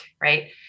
Right